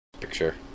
picture